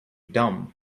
dumb